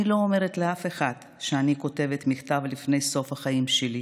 אני לא אומרת לאף אחד שאני כותבת מכתב לפני סוף החיים שלי,